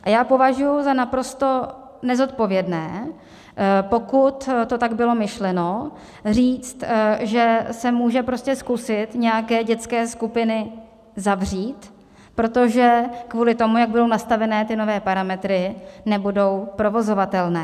Já považuji za naprosto nezodpovědné, pokud to tak bylo myšleno, říct, že se může prostě zkusit nějaké dětské skupiny zavřít, protože kvůli tomu, jak budou nastavené ty nové parametry, nebudou provozovatelné.